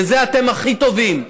בזה אתם הכי טובים.